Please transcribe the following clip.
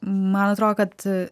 man atrodo kad